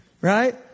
right